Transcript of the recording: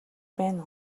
байна